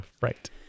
Right